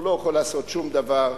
הוא לא יכול לעשות שום דבר.